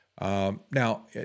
Now